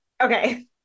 Okay